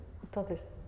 Entonces